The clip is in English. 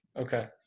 okay